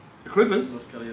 Clippers